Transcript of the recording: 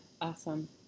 Awesome